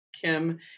Kim